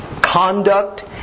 conduct